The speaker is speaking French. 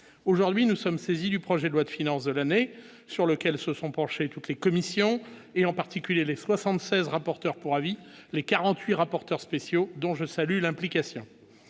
aujourd'hui nous sommes saisis du projet de loi de finance de l'année, sur lequel se sont penchés toutes les commissions et en particulier les 76, rapporteur pour avis les 48 rapporteurs spéciaux dont je salue l'implication